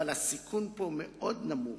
אבל הסיכון פה הוא מאוד נמוך.